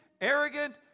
arrogant